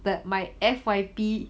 that my F_Y_P